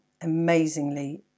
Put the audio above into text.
amazingly